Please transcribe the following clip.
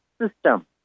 system